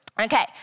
Okay